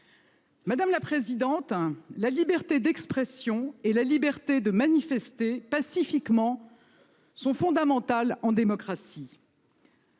Madame la présidente Assassi, la liberté d'expression et la liberté de manifester pacifiquement sont fondamentales en démocratie.